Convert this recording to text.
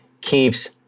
keeps